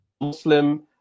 Muslim